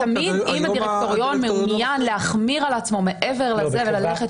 אם הדירקטוריון מעוניין להחמיר על עצמו מעבר לזה וללכת